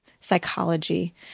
psychology